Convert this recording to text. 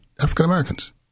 African-Americans